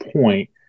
point